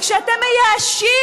וכשאתם מייאשים